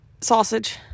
sausage